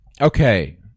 Okay